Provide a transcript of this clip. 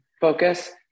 focus